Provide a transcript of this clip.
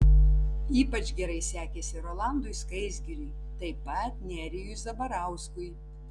ypač gerai sekėsi rolandui skaisgiriui taip pat nerijui zabarauskui